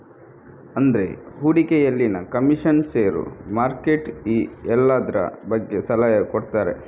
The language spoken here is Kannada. ಅಂದ್ರೆ ಹೂಡಿಕೆಯಲ್ಲಿನ ಕಮಿಷನ್, ಷೇರು, ಮಾರ್ಕೆಟ್ ಈ ಎಲ್ಲದ್ರ ಬಗ್ಗೆ ಸಲಹೆ ಕೊಡ್ತಾರೆ